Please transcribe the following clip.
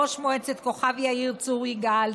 ראש מועצת כוכב יאיר צור יגאל,